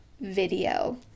video